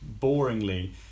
boringly